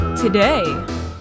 Today